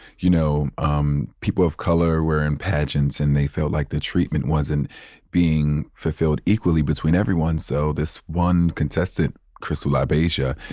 you know, um people of color were in pageants and they felt like the treatment wasn't being fulfilled equally between everyone. so this one contestant, crystal labeija,